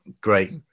Great